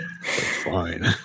fine